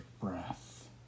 breath